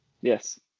Yes